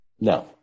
No